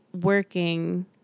working